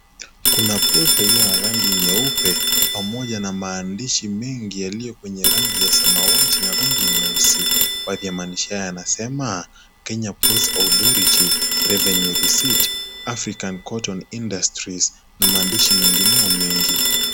Kuna posta iliyo na rangi nyeupe pamoja na maandishi mengi yaliyo kwenye rangi ya samawati ya rangi nyeusi. Baadhi ya maandishi haya yanasema(cs)Kenya ports Authority revenue receipt African cotton industries (cs)na maandishi mengineyo mengi.